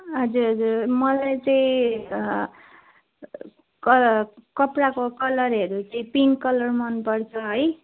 हजुर हजुर मलाई चाहिँ क कपडाको कलरहरू चाहिँ पिङ्क कलर मनपर्छ है